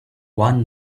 one